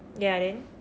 ya then